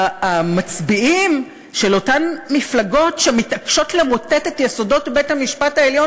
המצביעים של אותן מפלגות שמתעקשות למוטט את יסודות בית-המשפט העליון,